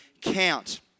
count